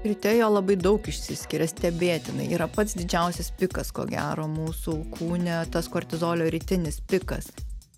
ryte jo labai daug išsiskiria stebėtinai yra pats didžiausias pikas ko gero mūsų kūne tas kortizolio rytinis pikas